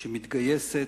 שמתגייסת,